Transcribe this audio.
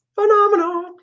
phenomenal